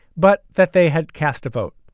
but that they had cast a vote.